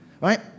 Right